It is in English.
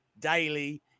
daily